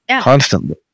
constantly